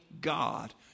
God